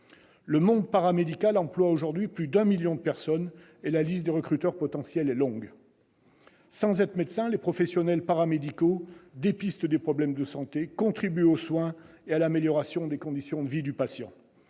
Le monde paramédical emploie plus de 1 million de personnes, et la liste des recruteurs potentiels est longue. Sans être médecins, les professionnels paramédicaux dépistent des problèmes de santé, contribuent aux soins et à l'amélioration des conditions de vie du patient.